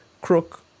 crook